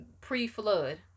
pre-flood